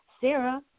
Sarah